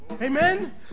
Amen